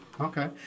Okay